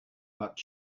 but